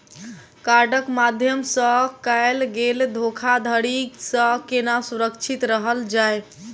कार्डक माध्यम सँ कैल गेल धोखाधड़ी सँ केना सुरक्षित रहल जाए?